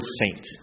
saint